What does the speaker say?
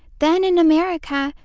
then in america,